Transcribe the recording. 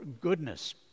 goodness